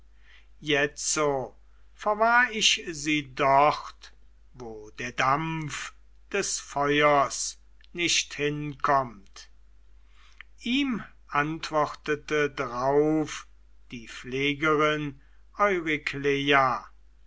jetzo verwahr ich sie dort wo der dampf des feuers nicht hinkommt ihm antwortete drauf die pflegerin